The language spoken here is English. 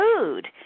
food